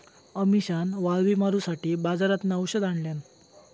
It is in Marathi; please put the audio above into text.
अमिशान वाळवी मारूसाठी बाजारातना औषध आणल्यान